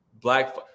black